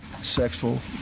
sexual